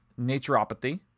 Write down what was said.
naturopathy